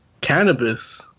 cannabis